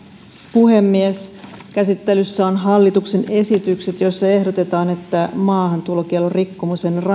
puhemies käsittelyssä ovat hallituksen esitykset joissa ehdotetaan että maahantulokiellon